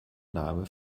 name